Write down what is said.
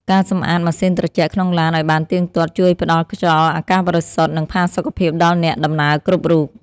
ការសម្អាតម៉ាស៊ីនត្រជាក់ក្នុងឡានឱ្យបានទៀងទាត់ជួយផ្ដល់ខ្យល់អាកាសបរិសុទ្ធ និងផាសុកភាពដល់អ្នកដំណើរគ្រប់រូប។